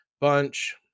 bunch